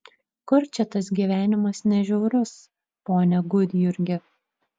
kur čia tas gyvenimas ne žiaurus pone gudjurgi